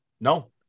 No